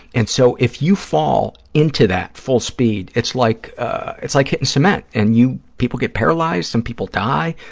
and so, if you fall into that full speed, it's like it's like hitting cement and you, people get paralyzed. some people die.